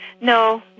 No